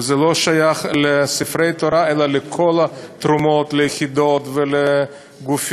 וזה לא שייך לספרי תורה אלא לכל התרומות ליחידות ולגופים.